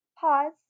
pause